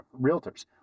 realtors